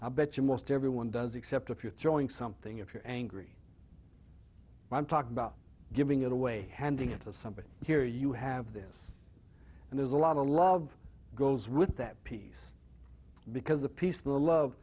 i bet you most everyone does except if you're throwing something if you're angry i'm talking about giving it away handing it to somebody here you have this and there's a lot of love goes with that piece because the peace